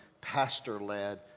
pastor-led